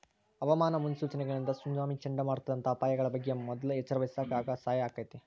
ಹವಾಮಾನ ಮುನ್ಸೂಚನೆಗಳಿಂದ ಸುನಾಮಿ, ಚಂಡಮಾರುತದಂತ ಅಪಾಯಗಳ ಬಗ್ಗೆ ಮೊದ್ಲ ಎಚ್ಚರವಹಿಸಾಕ ಸಹಾಯ ಆಕ್ಕೆತಿ